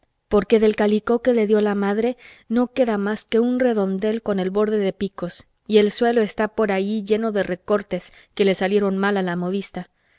porque del calicó que le dio la madre no queda más que un redondel con el borde de picos y el suelo está por allí lleno de recortes que le salieron mal a la modista